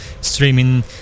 streaming